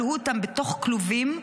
כלאו אותם בתוך כלובים,